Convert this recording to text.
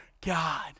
God